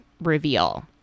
reveal